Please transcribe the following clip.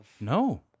No